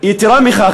יתרה מכך,